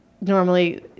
normally